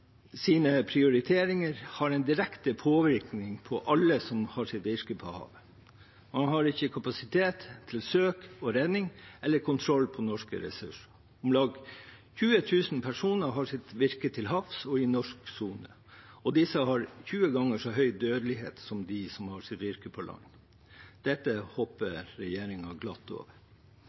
prioriteringer har en direkte påvirkning på alle som har sitt virke på havet, man har ikke kapasitet til søk og redning eller kontroll med norske ressurser. Om lag 20 000 personer har sitt virke til havs og i norsk sone. Disse har 20 ganger så høy dødelighet som de som har sitt virke på land. Dette hopper regjeringen glatt over.